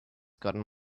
gotten